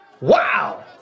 Wow